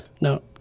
No